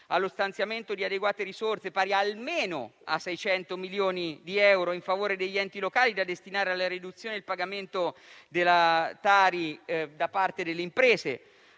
allo stanziamento di adeguate risorse, pari almeno a 600 milioni di euro, in favore degli enti locali, da destinare alla riduzione del pagamento della tassa sui rifiuti (Tari) da parte delle imprese;